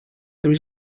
there